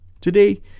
Today